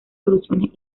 soluciones